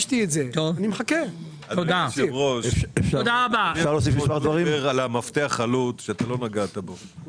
אני רוצה לדבר על מפתח העלות שלא נגעת בו.